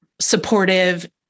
supportive